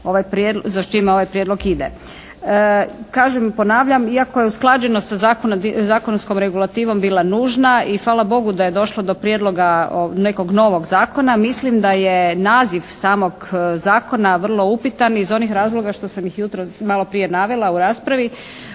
za čim ovaj Prijedlog ide. Kažem, ponavljam iako je usklađenost sa zakonskom regulativom bila nužna i hvala Bogu da je došlo do prijedloga nekog novog zakona mislim da je naziv samog zakona vrlo upitan iz onih razloga što sam ih jutros maloprije navela u raspravi